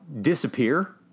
disappear